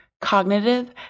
cognitive